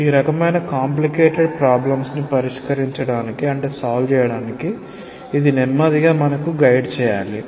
ఈ రకమైన కాంప్లికేటెడ్ సమస్యలను పరిష్కరించడానికి ఇది నెమ్మదిగా మనకు గైడ్ చేయాలి